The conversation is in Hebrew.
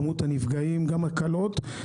גם הקלות,